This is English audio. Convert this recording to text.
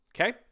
okay